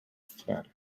frare